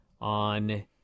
on